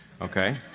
Okay